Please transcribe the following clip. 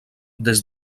des